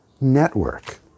Network